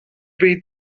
read